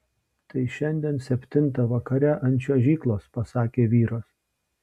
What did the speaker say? tai šiandien septintą vakare ant čiuožyklos pasakė vyras